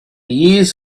years